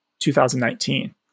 2019